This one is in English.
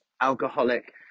alcoholic